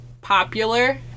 popular